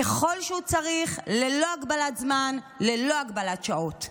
ככל שהוא צריך, ללא הגבלת זמן וללא הגבלת שעות.